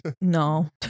No